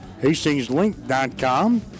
HastingsLink.com